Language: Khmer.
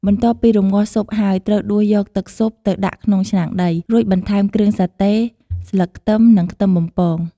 បន្ទាប់ពីរម្ងាស់ស៊ុបហើយ ត្រូវដួសយកទឹកស៊ុបទៅដាក់ក្នុងឆ្នាំងដី រួចបន្ថែមគ្រឿងសាតេ ស្លឹកខ្ទឹម និងខ្ទឹមបំពង។